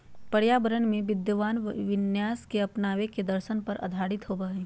पर्यावरण में विद्यमान विन्यास के अपनावे के दर्शन पर आधारित होबा हइ